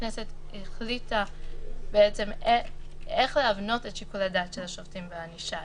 הכנסת החליטה איך להבנות את שיקול הדעת של השופטים והענישה.